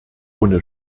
ohne